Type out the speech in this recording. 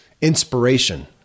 inspiration